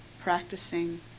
practicing